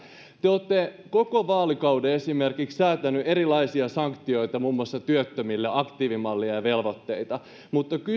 te olette koko vaalikauden esimerkiksi säätäneet erilaisia sanktioita muun muassa työttömille aktiivimallia ja velvoitteita mutta